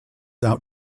out